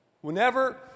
whenever